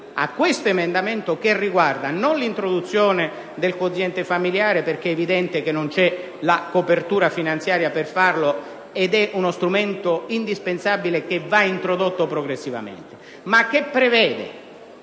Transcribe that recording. in esame, che non riguarda l'introduzione del quoziente familiare - perché è evidente che non c'è la copertura finanziaria per farlo, ed è uno strumento indispensabile che va introdotto progressivamente - ma prevede